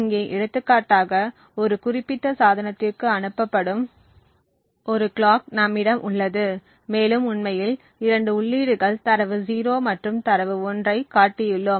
இங்கே எடுத்துக்காட்டாக ஒரு குறிப்பிட்ட சாதனத்திற்கு அனுப்பப்படும் ஒரு கிளாக் நம்மிடம் உள்ளது மேலும் உண்மையில் இரண்டு உள்ளீடுகள் தரவு 0 மற்றும் தரவு 1 ஐக் காட்டியுள்ளோம்